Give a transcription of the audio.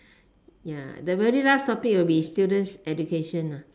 ya the very last topic will be students education